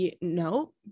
no